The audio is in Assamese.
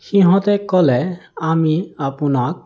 সিহঁতে ক'লে আমি আপোনাক